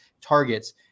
targets